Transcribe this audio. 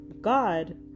God